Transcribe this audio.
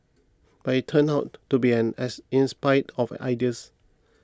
but it turned out to be an as inspired of ideas